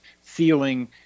feeling